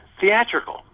theatrical